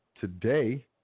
today